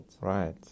Right